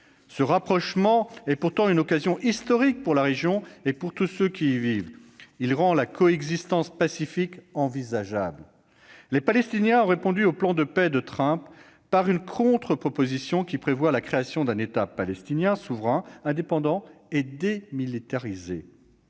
Ce rapprochement est pourtant une occasion historique pour la région et pour tous ceux qui y vivent. Il rend la coexistence pacifique envisageable. Les Palestiniens ont répondu au plan de paix de M. Trump par une contreproposition qui prévoit la création d'un « État palestinien souverain, indépendant et démilitarisé